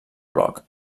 bloc